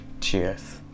Cheers